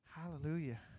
hallelujah